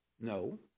No